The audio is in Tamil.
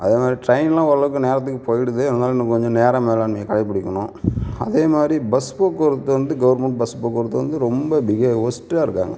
அது மாதிரி டிரெயின்லாம் ஓரளவுக்கு நேரத்துக்கு போய்டுது அதனால இன்னும் கொஞ்சம் நேரம் மேலாண்மையை கடைபிடிக்கணும் அதே மாதிரி பஸ் போக்குவரத்து வந்து கவுர்மெண்ட் பஸ் போக்குவரத்து வந்து ரொம்ப பிகேவ் ஒஸ்ட்டாக இருக்காங்க